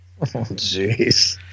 jeez